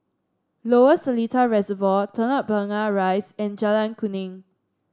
Lower Seletar Reservoir Telok Blangah Rise and Jalan Kuning